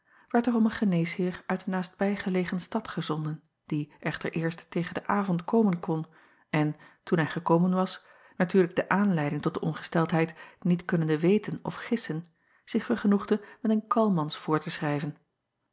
werd er om een geneesheer uit de naastbijgelegen stad gezonden die echter eerst tegen den avond komen kon en toen hij gekomen was natuurlijk de aanleiding tot de ongesteldheid niet kunnende weten of gissen zich vergenoegde met een calmans voor te schrijven